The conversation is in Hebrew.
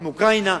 מאוקראינה,